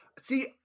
See